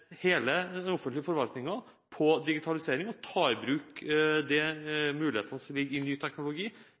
hele den offentlige forvaltningen på digitalisering og ta i bruk de mulighetene som ligger i ny teknologi